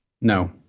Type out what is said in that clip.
No